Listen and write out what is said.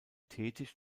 tätig